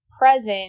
present